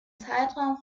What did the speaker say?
zeitraum